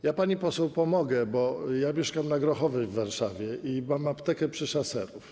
Ja pani poseł pomogę, bo mieszkam na Grochowie w Warszawie i mam aptekę przy Szaserów.